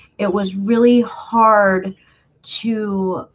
it was really hard to